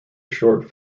short